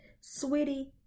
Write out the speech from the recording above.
Sweetie